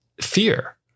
fear